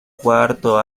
cuarto